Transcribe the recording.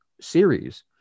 series